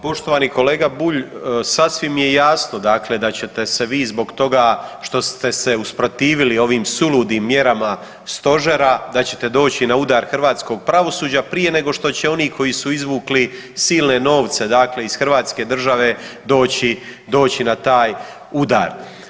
Pa poštovani kolega Bulj, sasvim je jasno dakle da ćete se vi zbog toga što ste se usprotivili ovim suludim mjerama Stožera, da ćete doći na udar hrvatskog pravosuđa, prije nego što će oni koji su izvukli silne novce dakle iz hrvatske države doći na taj udar.